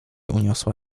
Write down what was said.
uniosła